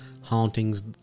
hauntings